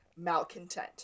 malcontent